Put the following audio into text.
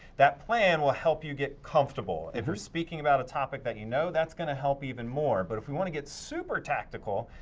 that plan will help you get comfortable. if you're speaking about a topic that you know, that's gonna help even more, but if we wanna get super tactical,